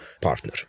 partner